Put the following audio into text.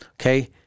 Okay